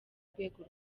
rwego